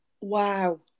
wow